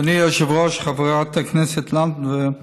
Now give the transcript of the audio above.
אדוני היושב-ראש, חברת הכנסת לנדבר,